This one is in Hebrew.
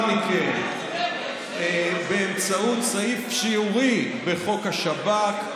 מכן באמצעות סעיף שיורי בחוק השב"כ,